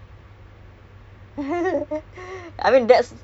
what how long already